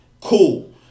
cool